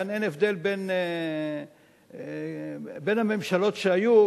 כאן אין הבדל בין הממשלות שהיו,